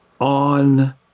on